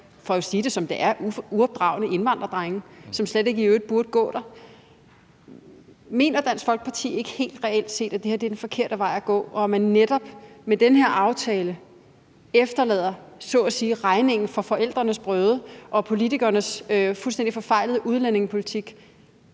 for at sige det, som det er – uopdragne indvandrerdrenge, som i øvrigt slet ikke burde gå der. Mener Dansk Folkeparti ikke, at det her reelt set er den forkerte vej at gå, og at man netop med den her aftale efterlader regningen fra forældrenes brøde og politikernes fuldstændig forfejlede udlændingepolitik